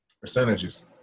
percentages